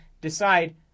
decide